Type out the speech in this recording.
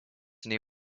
nei